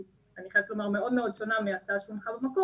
שאני חייבת לומר שהיא מאוד מאוד שונה מההצעה של מיכל במקור,